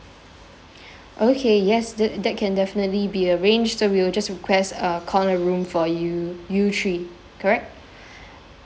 okay yes that that can definitely be arranged so we will just request a corner room for you you three correct